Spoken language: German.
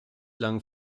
lang